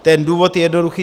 Ten důvod je jednoduchý.